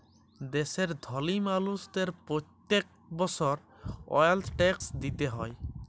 দ্যাশের ধলি মালুসদের প্যত্তেক বসর ওয়েলথ ট্যাক্স দিতে হ্যয়